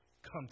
come